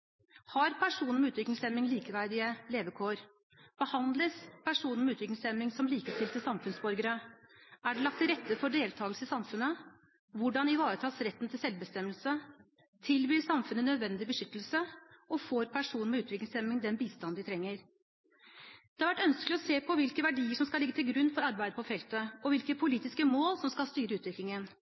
Har personer med utviklingshemming likeverdige levekår? Behandles personer med utviklingshemming som likestilte samfunnsborgere? Er det lagt til rette for deltagelse i samfunnet? Hvordan ivaretas retten til selvbestemmelse? Tilbyr samfunnet nødvendig beskyttelse? Får personer med utviklingshemming den bistand de trenger? Det har vært ønskelig å se på hvilke verdier som skal ligge til grunn for arbeidet på feltet, og hvilke politiske mål som skal styre utviklingen.